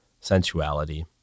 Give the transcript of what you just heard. sensuality